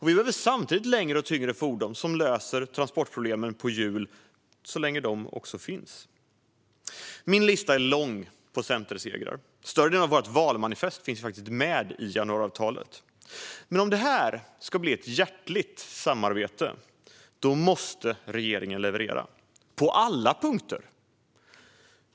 Vi behöver samtidigt längre och tyngre fordon, som löser transportproblemen på hjul så länge de finns. Min lista på centersegrar är lång. Större delen av vårt valmanifest finns faktiskt med i januariavtalet. Men om det här ska bli ett hjärtligt samarbete måste regeringen leverera på alla punkter.